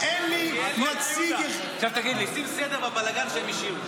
אין לי נציג ------ סדר בבלגן שהם השאירו.